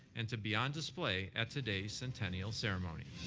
and to be on display at today's centennial ceremony.